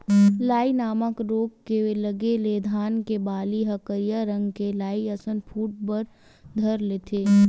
लाई नामक रोग के लगे ले धान के बाली ह करिया रंग के लाई असन फूट बर धर लेथे